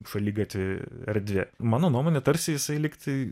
šaligatvį erdvė mano nuomone tarsi jisai lygtai